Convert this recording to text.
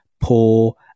poor